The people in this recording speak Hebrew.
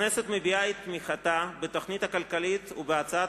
הכנסת מביעה את תמיכתה בתוכנית הכלכלית ובהצעת